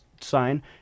sign